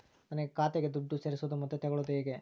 ನನ್ನ ಖಾತೆಗೆ ದುಡ್ಡನ್ನು ಸೇರಿಸೋದು ಮತ್ತೆ ತಗೊಳ್ಳೋದು ಹೇಗೆ?